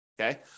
Okay